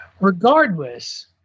Regardless